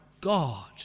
God